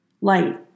light